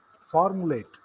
formulate